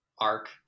arc